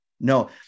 No